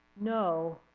No